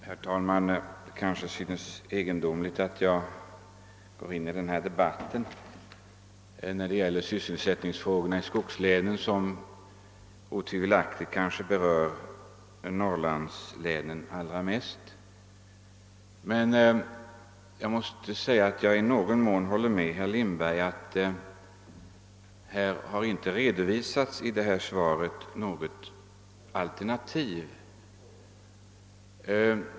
Herr talman! Det kan synas egendomligt att jag går in i denna debatt om sysselsättningsfrågorna i skogslänen, som otvivelaktigt främst berör norrlandslänen, men jag håller i någon mån med herr Lindberg om att det inte har redovisats något alternativ i det lämnade interpellationssvaret.